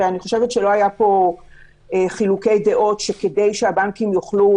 לא היו פה חילוקי דעות שכדי שהבנקים יוכלו